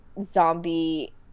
zombie